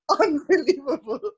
Unbelievable